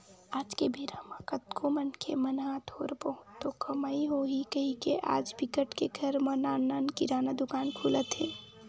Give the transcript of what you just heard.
आज के बेरा म कतको मनखे मन ह थोर बहुत तो कमई होही कहिके आज बिकट के घर म नान नान किराना दुकान खुलत हे